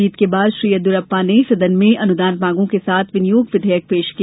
जीत के बाद श्री येदियुरप्पा ने सदन में अनुदान मांगों के साथ विनियोग विधेयक पेश किया